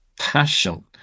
passion